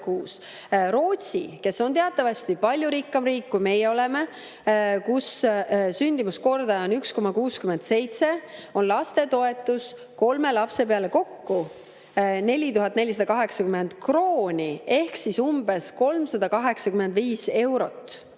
Rootsi, kes on teatavasti palju rikkam riik, kui meie oleme, kus sündimuskordaja on 1,67, on lapsetoetus kolme lapse peale kokku 4480 krooni ehk umbes 385 eurot,